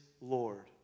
Lord